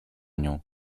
nią